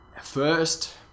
first